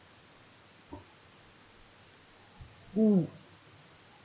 mm